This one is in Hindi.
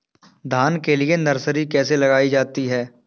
धान के लिए नर्सरी कैसे लगाई जाती है?